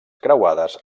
creuades